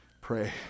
pray